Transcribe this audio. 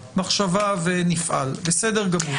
במחשבה, ונפעל, בסדר גמור.